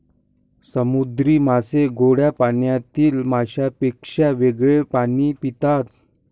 समुद्री मासे गोड्या पाण्यातील माशांपेक्षा वेगळे पाणी पितात